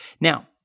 Now